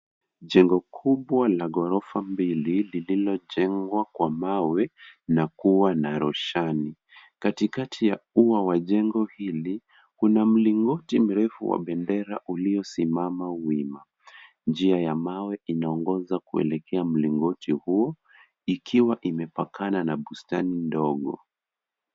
Jengo kubwa la ghorofa mbili lililojengwa kwa mawe na kuwa na roshani. Katikati ya ua wa jengo hili kuna mlingoti mrefu wa bendera uliosimama wima. Njia ya mawe inaongoza kuelekea mlingoti huo ikiwa imepakana na bustani ndogo.